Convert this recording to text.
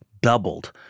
doubled